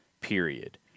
period